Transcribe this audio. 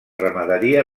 ramaderia